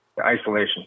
isolation